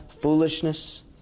foolishness